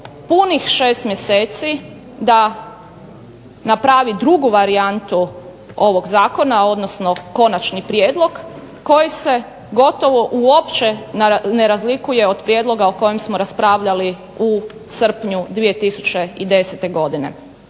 punih 6 mjeseci da napravi drugu varijantu ovog zakona, odnosno konačni prijedlog koji se gotovo uopće ne razlikuje od prijedloga o kojem smo raspravljali u srpnju 2010. godine.